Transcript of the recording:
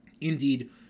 Indeed